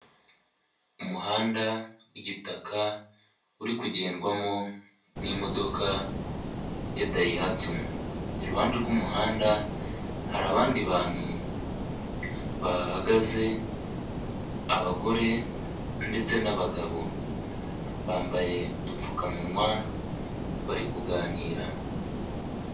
umuhanda w'igitaka uri kugendwamo n'imodoka ya dayihatsu, iruhande rw'umuhanda hari abandi bantu bahahagaze, abagore ndetse n'abagabo, bambaye udupfukamunwa barikuganira.